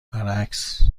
برعکس